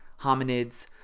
hominids